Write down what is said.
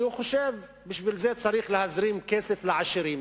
והוא חושב שבשביל זה צריך להזרים כסף לעשירים,